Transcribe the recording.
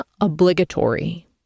obligatory